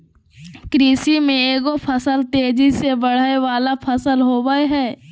कृषि में एगो फसल तेजी से बढ़य वला फसल होबय हइ